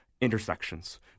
intersections